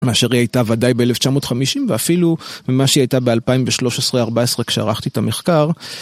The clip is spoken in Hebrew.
מאשר היא הייתה ודאי ב-1950 ואפילו במה שהיא הייתה ב-2013-14 כשערכתי את המחקר.